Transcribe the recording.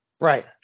Right